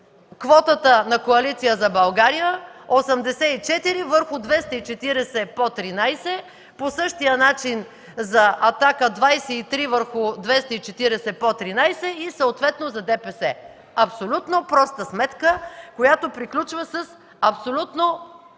квотата на Коалиция за България: 84 върху 240 по 13. По същия начин за „Атака”: 23 върху 240 по 13, и съответно за ДПС. Абсолютно проста сметка, която приключва с абсолютно